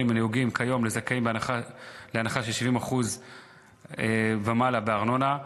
הנהוגים כיום לזכאים להנחה של 70% ומעלה בארנונה.